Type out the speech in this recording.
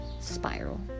spiral